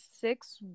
six